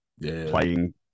playing